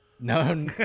no